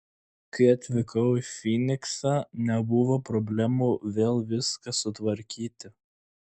kai atvykau į fyniksą nebuvo problemų vėl viską sutvarkyti